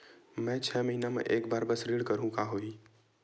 मैं छै महीना म एक बार बस ऋण करहु त का होही?